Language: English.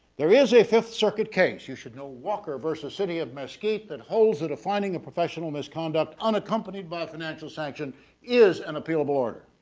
there is a fifth circuit case you should know walker versus city of mesquite that holds it of finding a professional misconduct unaccompanied by a financial sanction is an appealable order.